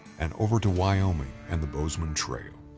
and over to wyoming and the bozeman trail.